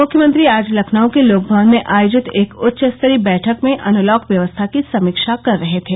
मुख्यमंत्री आज लखनऊ के लोकभवन में आयोजित एक उच्चस्तरीय बैठक में अनलॉक व्यवस्था की समीक्षा कर रहे थे